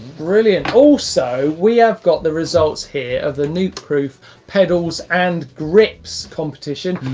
brilliant. also we have got the results here of the nukeproof pedals and grips competition.